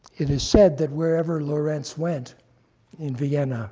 it is said that wherever lorenz went in vienna